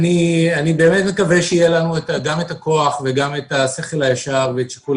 אני באמת מקווה שיהיה לנו גם הכוח וגם השכל הישר ושיקול